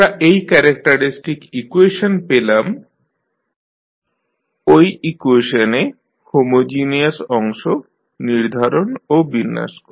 আমরা এই characteristic equation পেলাম ঐ ইকুয়েশনে হোমোজিনিয়াস অংশ নির্ধারণ ও বিন্যাস করে